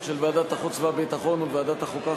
של ועדת החוץ והביטחון וועדת החוקה,